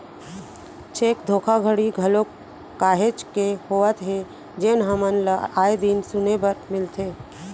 cheque धोखाघड़ी घलोक काहेच के होवत हे जेनहा हमन ल आय दिन सुने बर मिलथे